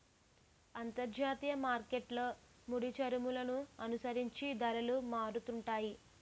అంతర్జాతీయ మార్కెట్లో ముడిచమురులను అనుసరించి ధరలు మారుతుంటాయి